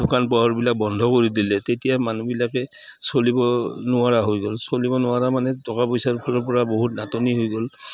দোকান পোহাৰবিলাক বন্ধ কৰি দিলে তেতিয়া মানুহবিলাকে চলিব নোৱাৰা হৈ গ'ল চলিব নোৱাৰা মানে টকা পইচাৰ ফালৰ পৰা বহুত নাটনি হৈ গ'ল